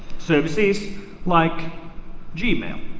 services like gmail.